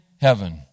heaven